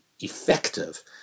effective